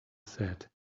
said